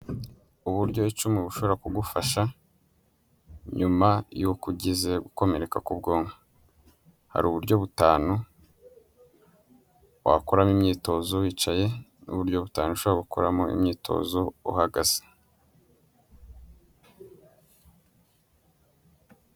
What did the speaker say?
Uburyo icumi bushobora kugufasha nyuma y'uko ugize gukomereka k'ubwonko, hari uburyo butanu wakoramo imyitozo wicaye n'uburyo butanu ushobora gukoramo imyitozo uhagaze.